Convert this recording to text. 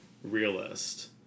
Realist